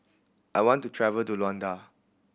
I want to travel to Luanda